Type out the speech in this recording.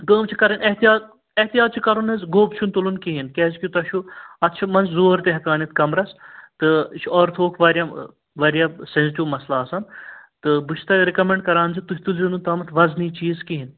کٲم چھِ کرٕنۍ احتیاط احتیاط چھُ کرُن حظ گوٚب چھِنہٕ تُلن کِہیٖنۍ کیٛازِ کہِ تۄہہِ چھُو اَتھ چھِ منٛزٕ زور تہِ ہٮ۪کان یِتھ کَمرَس تہٕ یہِ چھِ آرتھووُک واریاہ واریاہ سٮ۪نٛزِٹِو مسلہٕ آسان تہٕ بہٕ چھُس تۄہہِ رِکَمٮ۪نٛڈ کران زِ تُہۍ تُلۍزیو نہٕ تامَتھ وَزنی چیٖز کِہیٖںۍ